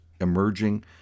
emerging